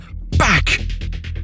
back